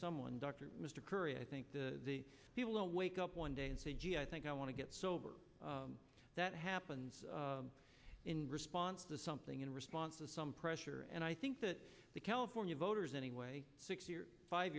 someone doctor mr curry i think the people will wake up one day and say gee i think i want to get sober that happens in response to something in response to some pressure and i think that the california voters anyway six years five